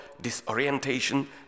disorientation